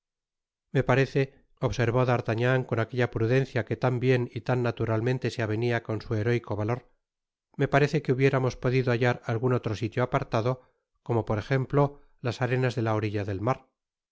me parece observó d'artagnan con aquella prudencia que tan bien y tan naturalmente se avenía con su beróico valor me parece que hubiéramos podido hallar algun otro sitio apartado como por ejemplo las arenas de la orilla del mar